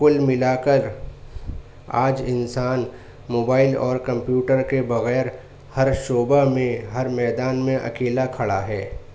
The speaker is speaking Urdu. کل ملا کر آج انسان موبائل اور کمپیوٹر کے بغیر ہر شعبہ میں ہر میدان میں اکیلا کھڑا ہے